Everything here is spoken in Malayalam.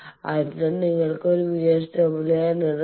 അതിനാൽ നിങ്ങൾക്ക് ഒരു VSWR എന്നത് 1